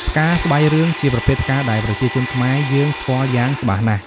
ផ្កាស្បៃរឿងជាប្រភេទផ្កាដែលប្រជាជនខ្មែរយើងស្គាល់យ៉ាងច្បាស់ណាស់។